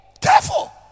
Careful